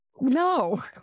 No